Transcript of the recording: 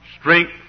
strength